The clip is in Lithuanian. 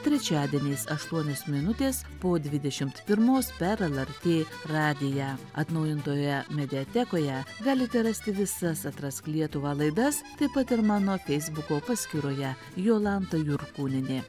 trečiadieniais aštuonios minutės po dvidešimt pirmos per lrt radiją atnaujintoje mediatekoje galite rasti visas atrask lietuvą laidas taip pat ir mano feisbuko paskyroje jolanta jurkūnienė